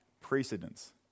precedence